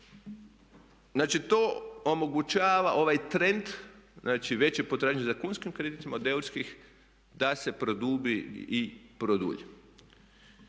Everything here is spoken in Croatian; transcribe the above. Znači to omogućava ovaj trend znači veće potražnje za kunskim kreditima od eurskih da se produbi i produlji.